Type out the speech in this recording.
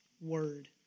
word